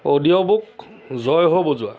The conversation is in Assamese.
অডিঅ' বুক জয় হ' বজোৱা